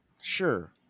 sure